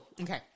Okay